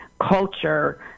culture